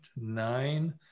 nine